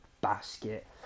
basket